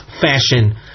fashion